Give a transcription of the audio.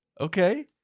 Okay